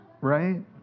Right